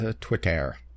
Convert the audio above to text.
Twitter